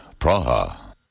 Praha